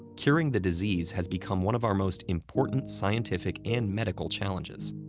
curing the disease has become one of our most important scientific and medical challenges.